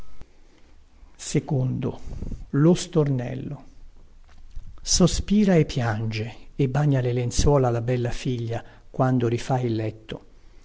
mormorìo dellonde sospira e piange e bagna le lenzuola la bella figlia quando rifà il letto